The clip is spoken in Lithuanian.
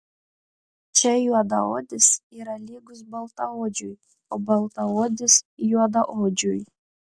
čia juodaodis yra lygus baltaodžiui o baltaodis juodaodžiui